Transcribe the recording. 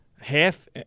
half